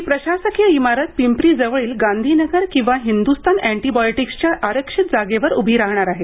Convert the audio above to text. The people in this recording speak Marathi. ही प्रशासकीय इमारत पिंपरी जवळील गांधीनगर किंवा हिंदुस्थान अँटिबायोटिक्सच्या आरक्षित जागेवर उभी राहणार आहे